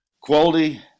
Quality